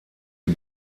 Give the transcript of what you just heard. die